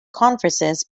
conferences